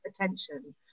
attention